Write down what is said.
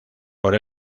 por